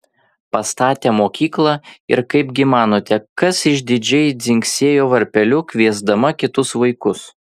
pastatė mokyklą ir kaipgi manote kas išdidžiai dzingsėjo varpeliu kviesdama kitus vaikus